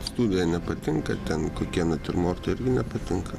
studija nepatinka ten kokie natiurmortai irgi nepatinka